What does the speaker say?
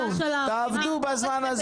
תעבדו בזמן הזה.